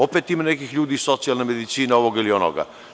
Opet imate nekih ljudi, socijalna medicina, ovoga ili onoga.